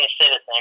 Citizen